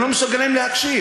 אגב,